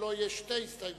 שלו יש שתי הסתייגויות.